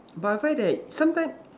but I find that sometime